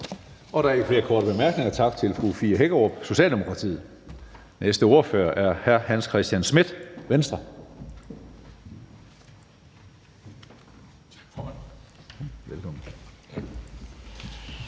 Der er ikke flere korte bemærkninger. Tak til fru Fie Hækkerup, Socialdemokratiet. Næste ordfører er hr. Hans Christian Schmidt, Venstre.